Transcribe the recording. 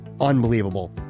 unbelievable